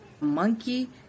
monkey